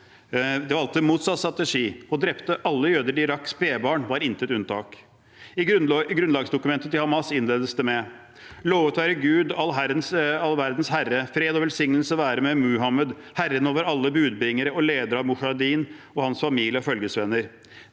derimot motsatt strategi og drepte alle jøder de rakk, spedbarn var intet unntak. Grunnlagsdokumentet til Hamas innledes slik: «Lovet være Gud, all verdens Herre. Fred og velsignelse være med Muhammed, herren over alle budbringerne og lederen av mujahedin og hans familie og følgesvenner.»